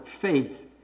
faith